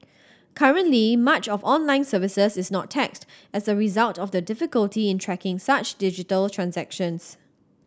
currently much of online services is not taxed as a result of the difficulty in tracking such digital transactions